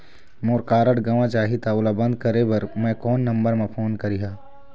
मोर card गंवा जाही त ओला बंद करें बर मैं कोन नंबर म फोन करिह?